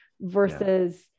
versus